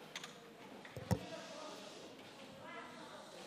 (חברי הכנסת מקדמים בקימה את פני